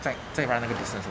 在 run 那个 business lor